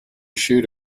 shoot